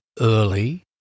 early